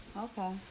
Okay